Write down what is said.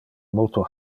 multo